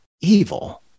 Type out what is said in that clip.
evil